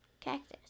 Cactus